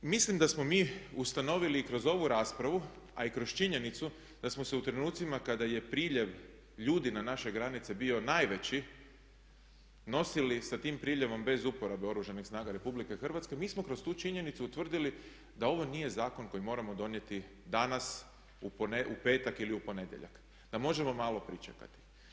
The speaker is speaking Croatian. Mi smo, mislim da smo mi ustanovili i kroz ovu raspravu a i kroz činjenicu da smo se u trenucima kada je priljev ljudi na naše granice bio najveći nosili sa tim priljevom bez uporabe Oružanih snaga RH, mi smo kroz tu činjenicu utvrdili da ovo nije zakon koji moramo donijeti danas, u petak ili u ponedjeljak, da možemo malo pričekati.